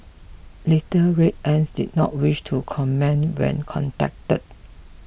Little Red Ants did not wish to comment when contacted